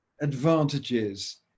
advantages